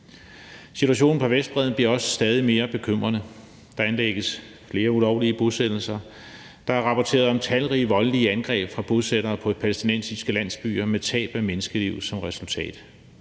Situationenen på Vestbredden bliver også stadig mere bekymrende. Der anlægges flere ulovlige bosættelser, der er rapporteret om talrige voldelige angreb fra bosættere på palæstinensiske landsbyer med tab af menneskeliv som resultat.